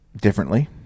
differently